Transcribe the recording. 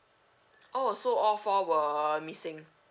oh so all four were missing